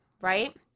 right